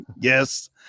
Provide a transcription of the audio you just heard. yes